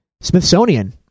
Smithsonian